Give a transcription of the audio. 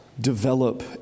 develop